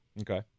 Okay